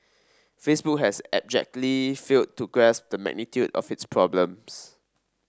facebook has abjectly failed to grasp the magnitude of its problems